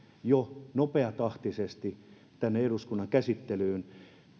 jo nopeatahtisesti tänne eduskunnan käsittelyyn